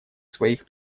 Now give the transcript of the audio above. своих